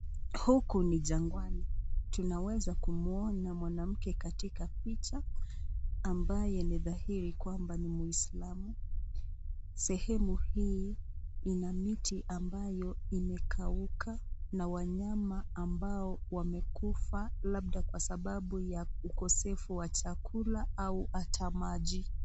Huku ni jangwani. Tunaweza kumwona mwanamke katika picha ambaye ni dhahiri kuwa ni mwislamu. Sehemu hii ina miti ambayo imekauka na wanyama ambao wamekufa, labda kwa sababu ya ukosefu wa chakula au hata maji.